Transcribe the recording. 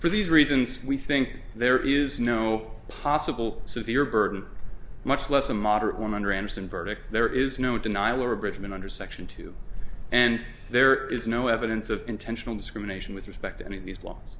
for these reasons we think there is no possible severe burden much less a moderate women randerson verdict there is no denial or abridgement under section two and there is no evidence of intentional discrimination with respect to any of these laws